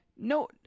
No